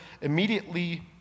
immediately